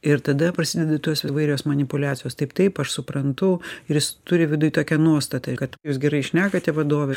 ir tada prasideda tos įvairios manipuliacijos taip taip aš suprantu ir jis turi viduj tokią nuostatą kad jūs gerai šnekate vadove